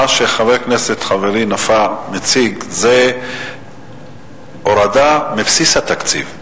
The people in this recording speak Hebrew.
מה שחבר הכנסת נפאע מציג זה הורדה מבסיס התקציב.